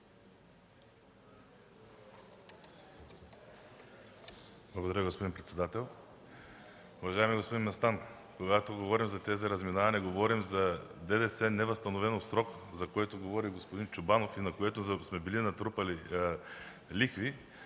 Благодаря, господин председател. Уважаеми господин Местан, когато говорим за тези разминавания, говорим за ДДС, невъзстановено в срок, за което говори господин Чобанов, и на което сме били натрупали лихви.